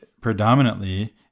predominantly